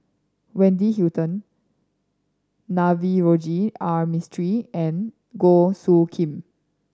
Wendy Hutton Navroji R Mistri and Goh Soo Khim